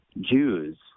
Jews